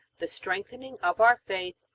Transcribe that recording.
the strengthening of our faith,